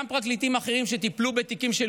גם פרקליטים אחרים שטיפלו בתיקים של